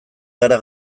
gara